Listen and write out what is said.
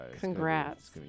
Congrats